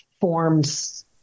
forms